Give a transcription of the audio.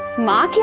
mom,